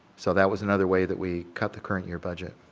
so, that was another way that we cut the current year budget.